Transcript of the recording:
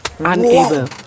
Unable